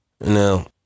Now